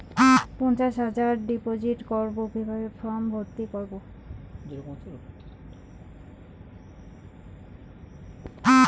পঞ্চাশ হাজার ডিপোজিট করবো কিভাবে ফর্ম ভর্তি করবো?